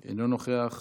הלומדים אצלו בכל שנת